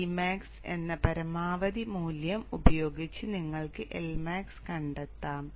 d d max എന്ന പരമാവധി മൂല്യം ഉപയോഗിച്ച് നിങ്ങൾക്ക് L max കണക്കാക്കാം